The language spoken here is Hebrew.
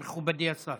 מכובדי השר.